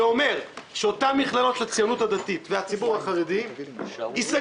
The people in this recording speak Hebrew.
זה אומר שאותן מכללות של הציונות הדתית והציבור החרדי ייסגרו.